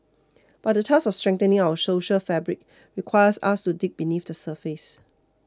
but the task of strengthening our social fabric requires us to dig beneath the surface